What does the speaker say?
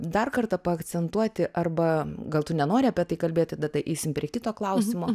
dar kartą paakcentuoti arba gal tu nenori apie tai kalbėti tada eisim prie kito klausimo